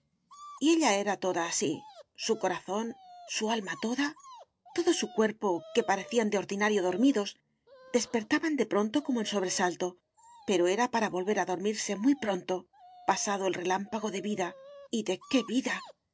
y ella era toda así su corazón su alma toda todo su cuerpo que parecían de ordinario dormidos despertaban de pronto como en sobresalto pero era para volver a dormirse muy pronto pasado el relámpago de vida y de qué vida